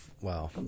wow